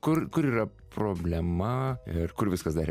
kur kur yra problema ir kur viskas dar